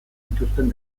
dituzten